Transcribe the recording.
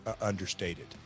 understated